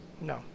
No